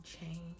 change